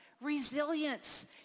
Resilience